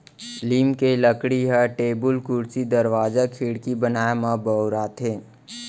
लीम के लकड़ी ह टेबुल, कुरसी, दरवाजा, खिड़की बनाए म बउराथे